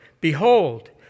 Behold